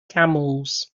camels